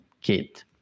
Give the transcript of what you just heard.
kit